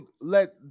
let